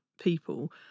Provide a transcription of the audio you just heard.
people